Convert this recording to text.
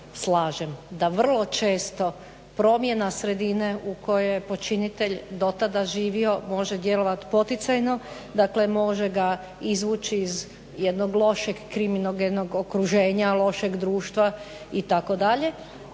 slažem da vrlo često promjena sredine u kojoj je počinitelj dotada živio može djelovati poticajno. Dakle, može ga izvući iz jednog lošeg kriminogenog okruženja, lošeg društva itd.